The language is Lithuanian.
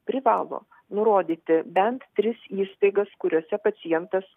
privalo nurodyti bent tris įstaigas kuriose pacientas